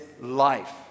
life